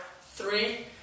three